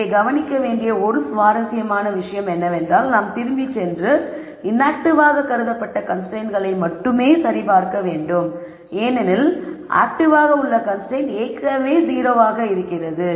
இங்கே கவனிக்க வேண்டிய ஒரு சுவாரஸ்யமான விஷயம் என்னவென்றால் நாம் திரும்பிச் சென்று இன்ஆக்ட்டிவாக கருதப்பட்ட கன்ஸ்ரைன்ட்களை மட்டுமே சரிபார்க்க வேண்டும் ஏனெனில் ஆக்ட்டிவாக உள்ள கன்ஸ்ரைன்ட் ஏற்கனவே 0 ஆக உள்ளது